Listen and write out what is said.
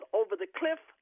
over-the-cliff